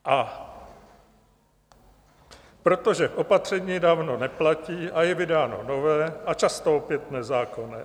A protože opatření dávno neplatí a je vydáno nové a často opět zákon.